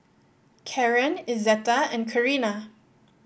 Karren Izetta and Carina